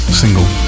single